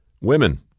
Women